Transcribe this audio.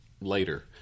later